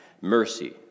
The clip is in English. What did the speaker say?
Mercy